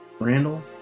Randall